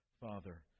Father